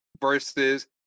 versus